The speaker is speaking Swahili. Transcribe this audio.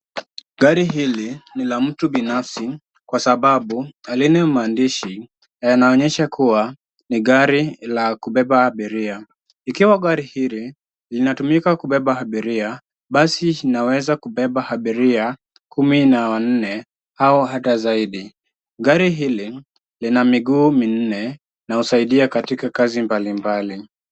Gari hili ni la mtu binafsi kwa sababu halina maandishi yanaonyesha kuwa ni gari la kubeba abiria . Ikiwa gari hili linatumika kubeba abiria basi linaweza kubeba abiria kumi na wanne au hata zaidi . Gari hili lina miguu minne linaosaidia katika kazi mbali mbali.